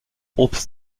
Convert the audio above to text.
obst